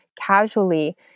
casually